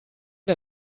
der